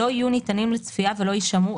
לא יהיו ניתנים לצפייה ולא יישמרו,